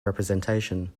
representation